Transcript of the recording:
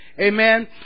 Amen